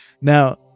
Now